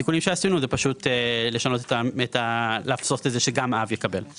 התיקונים שעשינו הם פשוט לעשות את זה שגם האב יקבל.